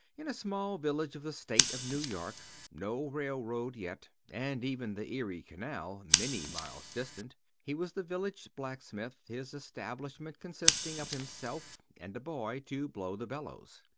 in a small village of the state of new york no railroad yet, and even the erie canal many miles distant. he was the village blacksmith, his establishment consisting of himself and a boy to blow the bellows.